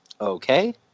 Okay